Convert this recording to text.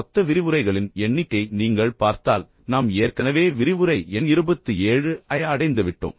மொத்த விரிவுரைகளின் எண்ணிக்கையை நீங்கள் பார்த்தால் நாம் ஏற்கனவே விரிவுரை எண் 27 ஐ அடைந்துவிட்டோம்